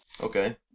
Okay